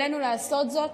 עלינו לעשות זאת.